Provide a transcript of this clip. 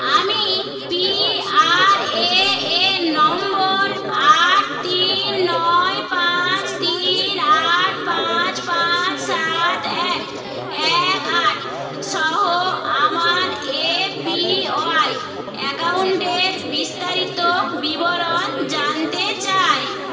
আমি পিআরএএন নম্বর আট তিন নয় পাঁচ তিন আট পাঁচ পাঁচ সাত এক এক আট সহ আমার এপিওয়াই অ্যাকাউন্টের বিস্তারিত বিবরণ জানতে চাই